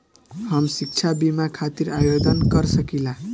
हम शिक्षा बीमा खातिर आवेदन कर सकिला?